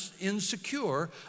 insecure